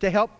to